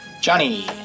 Johnny